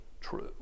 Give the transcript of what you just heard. true